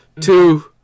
two